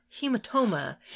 hematoma